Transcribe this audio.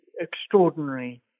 extraordinary